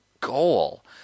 goal